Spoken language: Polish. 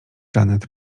janet